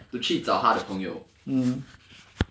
to 去找他的朋友